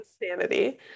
insanity